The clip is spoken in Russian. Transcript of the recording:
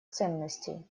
ценностей